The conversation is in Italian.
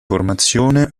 formazione